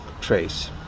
trace